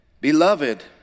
Beloved